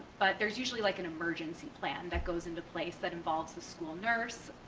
but there's usually like an emergency plan that goes into place that involves the school nurse